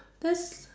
that's